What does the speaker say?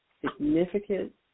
significant